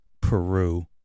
Peru